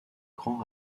grand